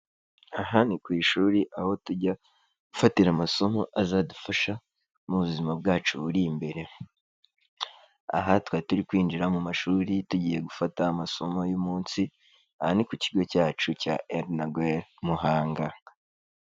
Aha ni ku ishuri, aho tujya gufatira amasomo azadufasha mu buzima bwacu buri imbere. Aha twari turi kwinjira mu mashuri tugiye gufata amasomo y'umunsi, aha ni ku kigo cyacu cya Erina Guerra Muhanga.